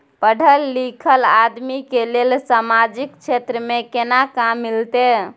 पढल लीखल आदमी के लेल सामाजिक क्षेत्र में केना काम मिलते?